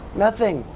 nothing!